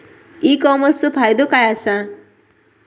E कॉमर्सचो फायदो काय असा?